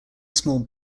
small